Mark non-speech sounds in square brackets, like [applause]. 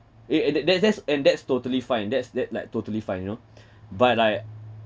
eh and that that's that's and that's totally fine that's that like totally fine you know [breath] but like